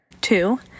Two